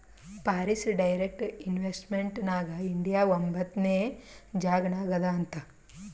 foreign direct investment ನಾಗ್ India ಒಂಬತ್ನೆ ಜಾಗನಾಗ್ ಅದಾ ಅಂತ್